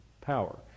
power